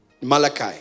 Malachi